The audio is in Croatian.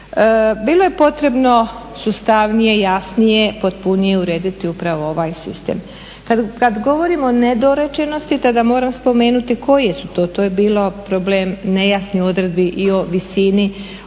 Bilo je potrebno sustavnije, jasnije, potpunije urediti upravo ovaj sistem. Kad govorimo o nedorečenosti te da moram spomenuti koje su to, to je bilo problem nejasnih odredbi i o visini, o